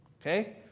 Okay